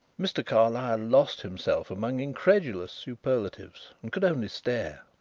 mr. carlyle lost himself among incredulous superlatives and could only stare.